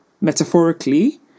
metaphorically